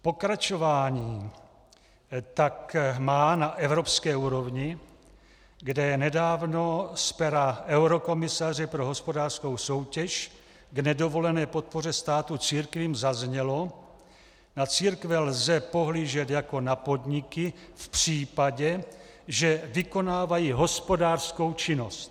Pokračování tak má na evropské úrovni, kde nedávno z pera eurokomisaře pro hospodářskou soutěž k nedovolené podpoře státu církvím zaznělo: Na církve lze pohlížet jako na podniky v případě, že vykonávají hospodářskou činnost.